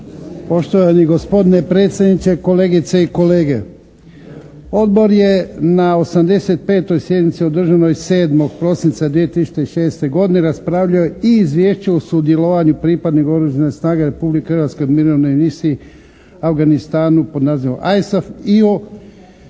Poštovani gospodine predsjedniče, kolegice i kolege. Odbor je na 85. sjednici održanoj 7. prosinca 2006. godine raspravljao i Izvješće o sudjelovanju pripadnika oružanih snaga Republike Hrvatske u mirovnoj misiji u Afganistanu pod nazivom ISAF